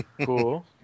Cool